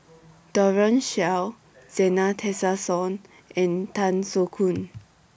Daren Shiau Zena Tessensohn and Tan Soo Khoon